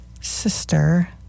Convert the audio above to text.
sister